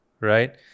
right